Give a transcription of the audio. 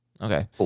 Okay